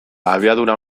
abiadura